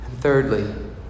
Thirdly